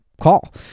call